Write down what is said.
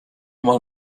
mal